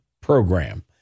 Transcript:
Program